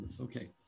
okay